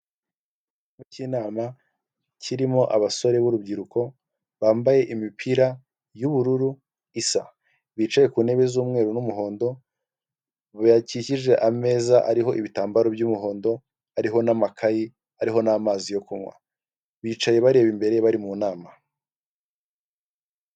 Icyumba k'inama kirimo abasore b'urubyiruko bambaye imipira y'ubururu isa, bicaye ku ntebe z'umweru n'umuhondo, bakikije ameza ariho ibitambaro by'umuhondo ariho n'amakayi ariho n'amazi yo kunywa, bicaye bareba imbere bari mu nama.